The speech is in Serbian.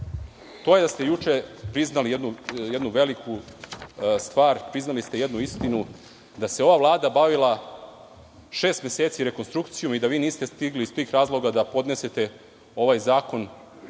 je što ste juče priznali jednu veliku stvar, jednu istinu, da se ova Vlada bavila šest meseci rekonstrukcijom i da vi niste stigli iz tih razloga da podnesete ovaj zakon